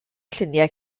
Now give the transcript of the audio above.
lluniau